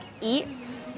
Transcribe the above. eats